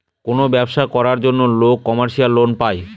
কোনো ব্যবসা করার জন্য লোক কমার্শিয়াল লোন পায়